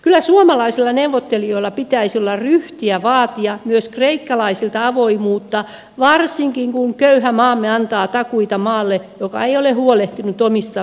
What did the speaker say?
kyllä suomalaisilla neuvottelijoilla pitäisi olla ryhtiä vaatia myös kreikkalaisilta avoimuutta varsinkin kun köyhä maamme antaa takuita maalle joka ei ole huolehtinut omista velvoitteistaan